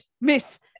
Miss